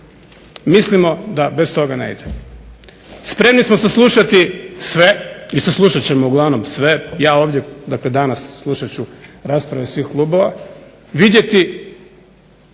Mislimo da bez toga ne ide. Spremni smo saslušati sve i saslušat ćemo uglavnom sve. Ja ovdje, dakle danas saslušat ću rasprave svih klubova, vidjeti